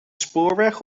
spoorweg